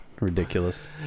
ridiculous